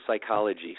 psychology